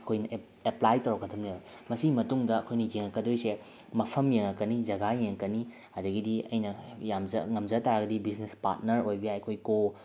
ꯑꯩꯈꯣꯏꯅ ꯑꯦꯞꯄ꯭ꯂꯥꯏ ꯇꯧꯔꯛꯀꯗꯝꯅꯦꯕ ꯃꯁꯤꯒꯤ ꯃꯇꯨꯡꯗ ꯑꯩꯈꯣꯏꯅ ꯌꯦꯡꯉꯛꯀꯗꯣꯏꯁꯦ ꯃꯐꯝ ꯌꯦꯡꯉꯛꯀꯅꯤ ꯖꯒꯥ ꯌꯦꯡꯉꯥꯛꯀꯅꯤ ꯑꯗꯨꯗꯒꯤꯗꯤ ꯑꯩꯅ ꯉꯝꯖꯕ ꯇꯥꯔꯒꯗꯤ ꯕꯤꯖꯤꯅꯦꯁ ꯄꯥꯠꯅꯔ ꯑꯣꯏꯕ ꯌꯥꯏ ꯑꯩꯈꯣꯏ ꯀꯣ